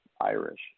Irish